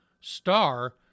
star